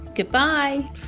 Goodbye